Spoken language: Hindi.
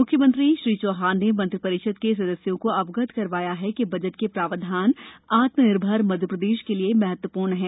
मुख्यमंत्री श्री चौहान ने मंत्रि परिषद के सदस्यों को अवगत करवाया कि बजट के प्रावधान आत्म निर्भर मध्यप्रदेश के लिए महत्वपूर्ण हैं